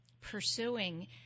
pursuing